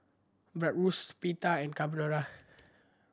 Bratwurst Pita and Carbonara